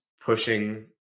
pushing